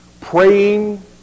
Praying